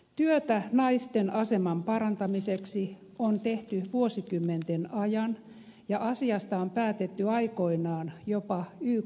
työtä naisten aseman parantamiseksi on tehty vuosikymmenten ajan ja asiasta on päätetty aikoinaan jopa yk tasolla